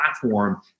platform